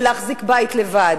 להחזיק בית לבד.